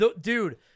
Dude